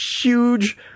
huge